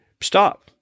stop